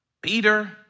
Peter